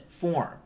form